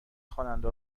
خواننده